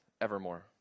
evermore